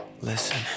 Listen